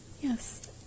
Yes